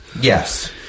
Yes